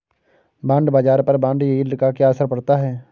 Bond बाजार पर bond yield का क्या असर पड़ता है?